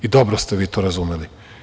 I dobro ste vi to razumeli.